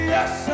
Yes